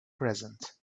present